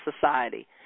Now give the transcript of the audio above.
Society